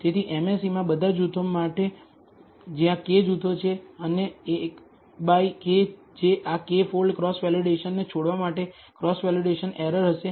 તેથી MSE માં બધા જૂથો માટે જ્યાં K જૂથો છે અને 1 બાય K જે આ K ફોલ્ડ ક્રોસ વેલિડેશનને છોડવા માટે ક્રોસ વેલિડેશન એરર હશે